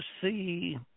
see